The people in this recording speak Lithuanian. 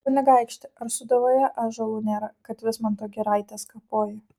kunigaikšti ar sūduvoje ąžuolų nėra kad vismanto giraites kapoji